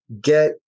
get